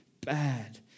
bad